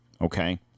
Okay